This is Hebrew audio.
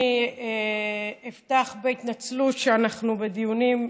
אני אפתח בהתנצלות שאנחנו בדיונים,